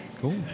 cool